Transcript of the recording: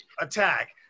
attack